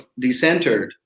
decentered